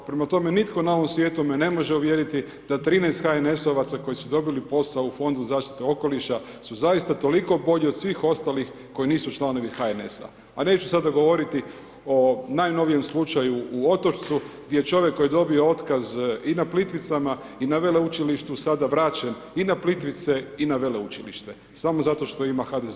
Prema tome, nitko na ovome svijetu me ne može uvjeriti da 13 HNS-ovaca koji su dobili posao u Fondu zaštite okoliša su zaista toliko bolji od svih ostalih koji nisu članovi HNS-a, a neću sada govoriti o najnovijem slučaju u Otočcu, gdje čovjek koji je dobio otkaz i na Plitvicama i na Veleučilištu sada vraćen i na Plitvice i na Veleučilište, samo zato što ima HDZ-ovu iskaznicu.